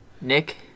Nick